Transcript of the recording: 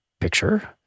picture